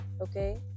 okay